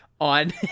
on